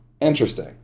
Interesting